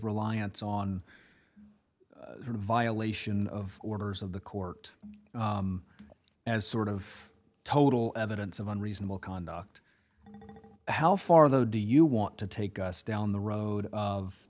reliance on violation of orders of the court and sort of total evidence of unreasonable conduct how far though do you want to take us down the road of